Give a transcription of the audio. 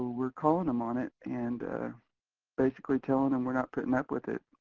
we're calling em on it and basically telling em we're not putting up with it,